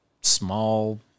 small